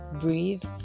breathe